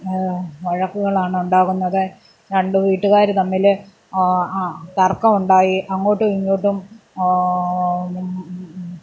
വഴക്കുകളാണുണ്ടാകുന്നത് രണ്ടു വീട്ടുകാർ തമ്മിൽ ആ തർക്കമുണ്ടായി അങ്ങോട്ടും ഇങ്ങോട്ടും